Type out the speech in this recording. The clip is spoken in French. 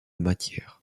matière